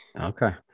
Okay